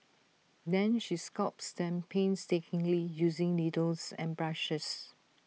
then she sculpts them painstakingly using needles and brushes